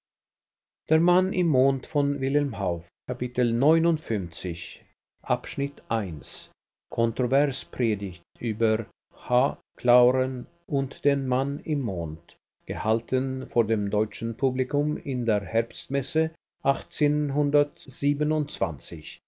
clauren kontrovers predigt über h clauren und den mann im mond gehalten vor dem deutschen publikum in der herbstmesse